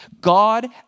God